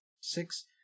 Six